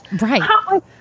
Right